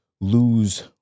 lose